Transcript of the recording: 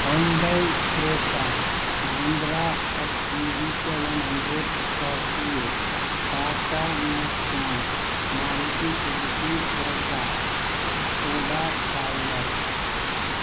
Hyundai Creta Mahindra X U V seven hundred Scorpio Tata Nexon Maruti Suzuki Brezza Skoda Kylaq